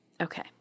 Okay